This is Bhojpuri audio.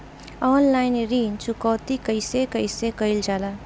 ऑनलाइन ऋण चुकौती कइसे कइसे कइल जाला?